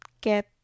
get